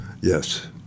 Yes